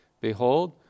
behold